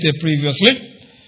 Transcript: previously